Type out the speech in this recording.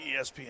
ESPN